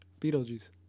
Beetlejuice